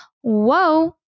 whoa